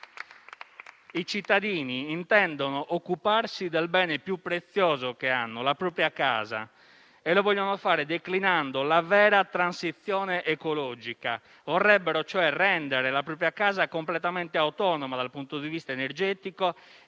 I cittadini intendono occuparsi del bene più prezioso che hanno, la propria casa, e lo vogliono fare declinando la vera transizione ecologica, vorrebbero cioè rendere la propria casa completamente autonoma dal punto di vista energetico